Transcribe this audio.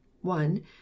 one